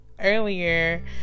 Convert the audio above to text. earlier